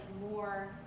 more